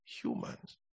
humans